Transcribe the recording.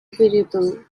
variable